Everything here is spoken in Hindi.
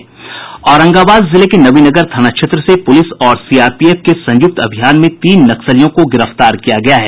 औरंगाबाद जिले के नवीननगर थाना क्षेत्र से पुलिस और सीआरपीएफ के संयुक्त अभियान में तीन नक्सलियों को गिरफ्तार किया गया है